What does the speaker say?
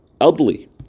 elderly